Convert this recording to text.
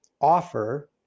offer